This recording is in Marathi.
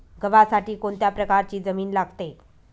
गव्हासाठी कोणत्या प्रकारची जमीन लागते?